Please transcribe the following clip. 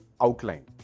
outline